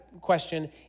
question